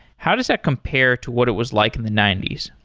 how does that compare to what it was like in the ninety s?